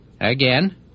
Again